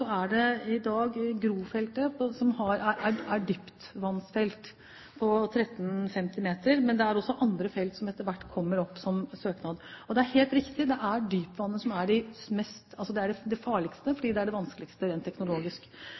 nevnte, er det i dag Gro-feltet som er et dypvannsfelt, på 1 350 meter, men det er også andre felt som etter hvert kommer opp som søknad. Det er helt riktig: Det er dypvann som er det farligste, fordi det er det vanskeligste rent teknologisk,